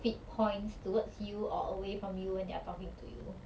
feet points towards you or away from you when they are talking to you